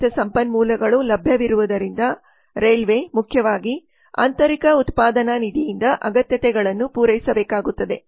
ಸೀಮಿತ ಸಂಪನ್ಮೂಲಗಳು ಲಭ್ಯವಿರುವುದರಿಂದ ರೈಲ್ವೆ ಮುಖ್ಯವಾಗಿ ಆಂತರಿಕ ಉತ್ಪಾದನಾ ನಿಧಿಯಿಂದ ಅಗತ್ಯತೆಗಳನ್ನು ಪೂರೈಸಬೇಕಾಗುತ್ತದೆ